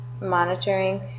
monitoring